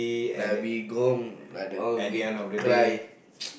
like we go like they all we cry